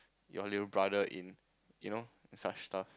your little brother in you know such stuff